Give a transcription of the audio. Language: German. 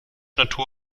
natur